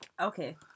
okay